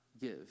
give